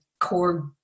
Core